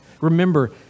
Remember